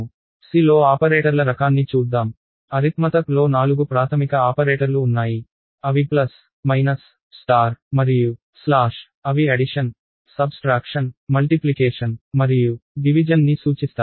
C లో ఆపరేటర్ల రకాన్ని చూద్దాం అంకగణితంలో నాలుగు ప్రాథమిక ఆపరేటర్లు ఉన్నాయి అవి ప్లస్ మైనస్ స్టార్ మరియు స్లాష్ అవి అడిషన్ సబ్స్ట్రాక్షన్ మల్టిప్లికేషన్ మరియు డివిజన్ ని సూచిస్తాయి